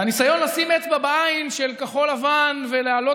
והניסיון לשים אצבע בעין של כחול לבן ולהעלות